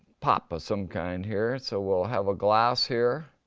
pop of some kind here. so we'll have a glass here.